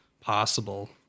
possible